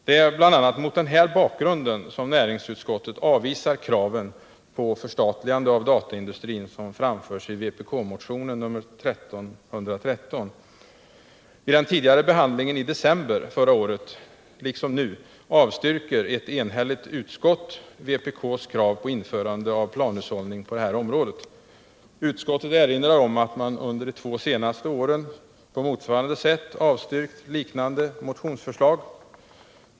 Det är bl.a. mot den här bakgrunden som näringsutskottet avvisar kraven på förstatligande av dataindustrin som framförs i vpk-motionen 1313. Vid den tidigare behandlingen i december förra året liksom nu avstyrker ett enhälligt utskott vpk:s krav på införande av planhushållning på detta område. Utskottet erinrar om att man under de två senaste åren på motsvarande sätt avstyrkt liknande motionsförslag.